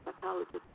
psychologist